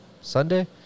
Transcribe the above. Sunday